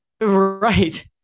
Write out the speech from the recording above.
right